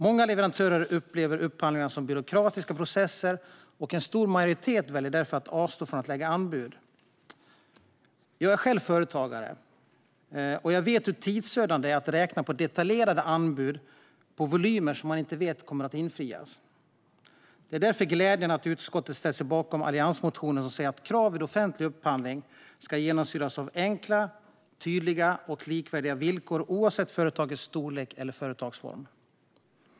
Många leverantörer upplever upphandlingar som byråkratiska processer, och en stor majoritet väljer därför att avstå från att lägga anbud. Jag är själv företagare och vet hur tidsödande det är att räkna på detaljerade anbud på volymer som man inte vet kommer att infrias. Det är därför glädjande att utskottet ställt sig bakom alliansmotionen som säger att krav vid offentlig upphandling ska genomsyras av enkla, tydliga och likvärdiga villkor oavsett företagets storlek och företagsform.